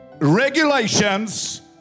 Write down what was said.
regulations